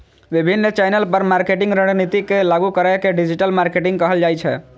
विभिन्न चैनल पर मार्केटिंग रणनीति के लागू करै के डिजिटल मार्केटिंग कहल जाइ छै